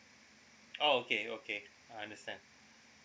oh okay okay I understand